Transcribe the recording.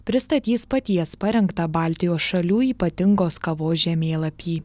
pristatys paties parengtą baltijos šalių ypatingos kavos žemėlapį